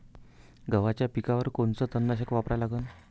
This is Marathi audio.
गव्हाच्या पिकावर कोनचं तननाशक वापरा लागन?